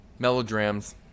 Melodrams